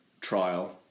trial